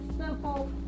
simple